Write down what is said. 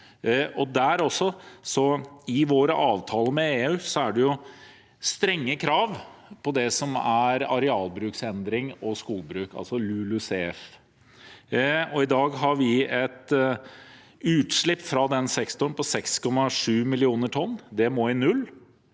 I våre avtaler med EU er det strenge krav når det gjelder arealbruksendring og skogbruk, altså LULUCF. I dag har vi et utslipp fra den sektoren på 6,7 millioner tonn. Det må i null,